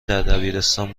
دبیرستان